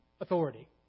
authority